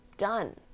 done